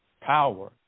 power